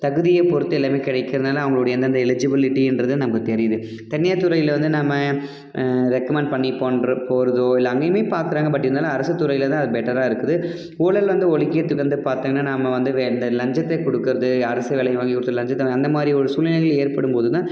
தகுதியை பொறுத்து எல்லாமே கிடைக்கறதுனால அவங்களுடைய எந்தெந்த எலிஜிபிலிட்டி என்றது நமக்கு தெரியுது தனியார் துறையில் வந்து நம்ம ரெக்கமெண்ட் பண்ணி பண்ணுற போறதோ இல்லை அங்கேயுமே பார்க்கறாங்க பட் இருந்தாலும் அரசுத் துறையில் தான் அது பெட்டராக இருக்குது ஊழல் வந்து ஒழிக்கிறதுக்கு வந்து பார்த்தீங்கன்னா நாம வந்து வே இந்த லஞ்சதைக் கொடுக்கறது அரசு வேலை வாங்கி கொடுத்தா லஞ்சத்தை அந்த மாதிரி ஒரு சூழ்நிலைகள் ஏற்படும் போது தான்